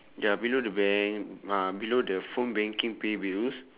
ya below the bank ah below the phone banking pay bills